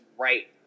right